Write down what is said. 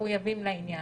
מחויבים לעניין.